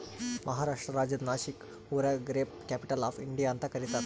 ಮಹಾರಾಷ್ಟ್ರ ರಾಜ್ಯದ್ ನಾಶಿಕ್ ಊರಿಗ grape capital of India ಅಂತ್ ಕರಿತಾರ್